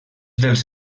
dels